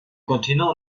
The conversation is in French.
continent